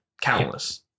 Countless